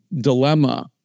dilemma